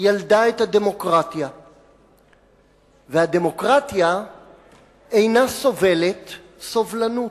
ילדה את הדמוקרטיה והדמוקרטיה אינה סובלת סובלנות,